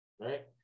Right